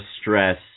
stress